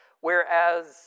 Whereas